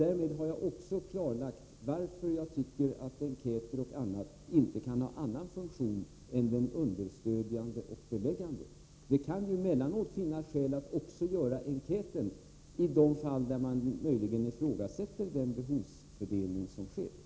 Därmed har jag också klarlagt varför jag tycker att enkäter inte kan ha någon annan funktion än den understödjande och beläggande. Det kan emellanåt finnas skäl att också göra enkäter i de fall där man möjligen ifrågasätter den behovsfördelning som sker.